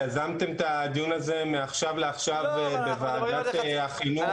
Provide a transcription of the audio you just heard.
יזמתם את הדיון הזה מעכשיו לעכשיו בוועדת החינוך.